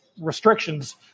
restrictions